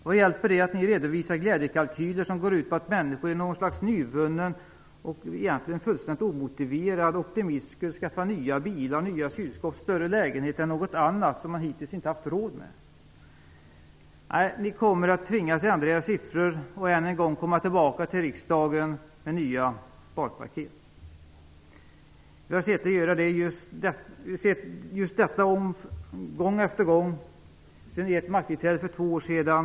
Vad hjälper det att ni redovisar glädjekalkyler som går ut på att människor i något slags nyvunnen och egentligen fullständigt omotiverad optimism skulle skaffa nya bilar, nya kylskåp, större lägenheter eller något annat som man hittills inte har haft råd med? Nej, ni kommer att tvingas ändra era siffror och än en gång komma tillbaka till riksdagen med nya sparpaket. Vi har sett just detta gång efter gång sedan ert makttillträde för två år sedan.